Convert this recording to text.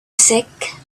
sick